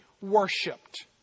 worshipped